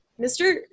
Mr